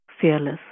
fearless